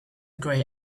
grey